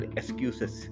excuses